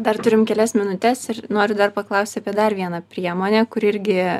dar turim kelias minutes ir noriu dar paklausti apie dar vieną priemonę kuri irgi